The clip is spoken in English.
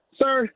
sir